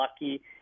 lucky